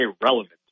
relevant